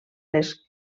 les